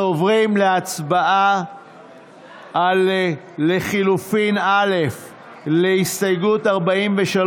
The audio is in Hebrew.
אנחנו עוברים להצבעה על לחלופין א' להסתייגות 43,